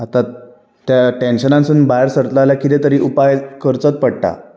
आतां त्या टॅन्शनानसून भायर सरत्लो जाल्यार कितें तरी उपाय करचोत पडटा